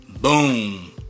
Boom